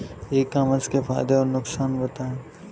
E commerce के फायदे और नुकसान बताएँ?